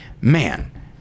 Man